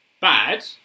bad